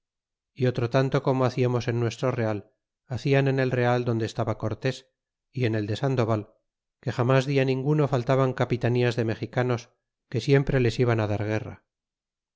y otro tanto como haciamos en nuestro real hacian en el real donde estaba cortés y en el de sandoval que jamas dia ninguno faltaban capitanías de mexicanos que siempre les iban á dar guerra